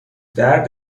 درد